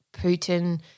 Putin –